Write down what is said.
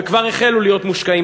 וכבר החלו להיות מושקעים,